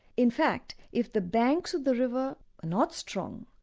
in fact, if the banks of the river are not strong,